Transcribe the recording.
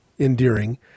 endearing